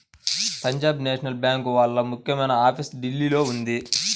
Punjab National Bank వాళ్ళ ముఖ్యమైన office ఢిల్లీలో ఉంది